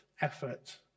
effort